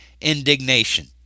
indignation